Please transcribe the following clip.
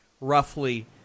roughly